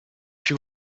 più